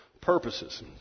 purposes